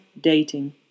dating